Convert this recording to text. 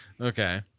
Okay